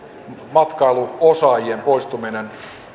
matkailuosaajien poistuminen